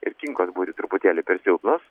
ir kinkos būti truputėlį per silpnos